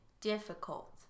Difficult